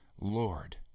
Lord